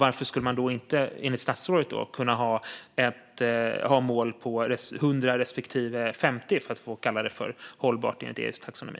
Varför skulle man då inte enligt statsrådet kunna ha ett mål på 100 respektive 50 gram för att få kalla det för hållbart enligt EU:s taxonomi?